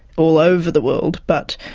all over the world, but